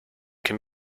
can